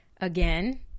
again